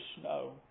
snow